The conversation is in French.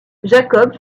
jacob